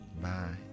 Bye